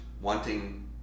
wanting